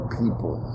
people